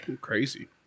Crazy